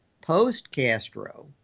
post-Castro